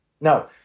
Now